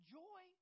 joy